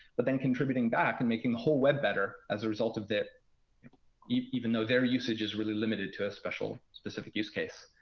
but then contributing back and making the whole web better as a result of that even though their usage is really limited to a special specific use case.